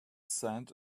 sand